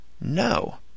No